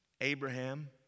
Abraham